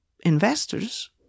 investors